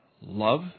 love